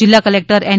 જિલ્લા collector N